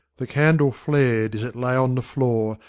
the candle flared as it lay on the floor,